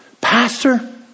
Pastor